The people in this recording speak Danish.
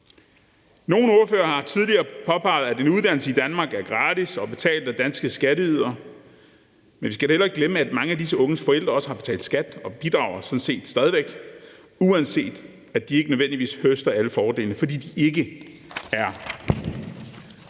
Nogle ordførere har tidligere påpeget, at en uddannelse i Danmark er gratis og betalt af danske skatteydere, men vi skal da heller ikke glemme, at mange af disse unges forældre også har betalt skat og sådan set stadig bidrager, uanset at de ikke nødvendigvis høster alle fordelene, fordi de ikke er